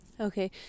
Okay